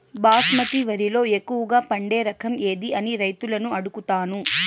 బాస్మతి వరిలో ఎక్కువగా పండే రకం ఏది అని రైతులను అడుగుతాను?